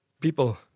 people